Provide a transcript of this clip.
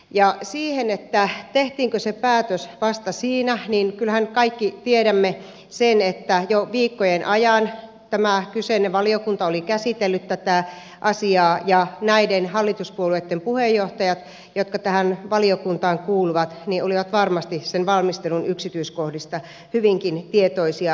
ja mitä tulee siihen tehtiinkö se päätös vasta siinä niin kyllähän kaikki tiedämme sen että jo viikkojen ajan tämä kyseinen valiokunta oli käsitellyt tätä asiaa ja näiden hallituspuolueitten puheenjohtajat jotka tähän valiokuntaan kuuluvat olivat varmasti sen valmistelun yksityiskohdista hyvinkin tietoisia